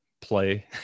play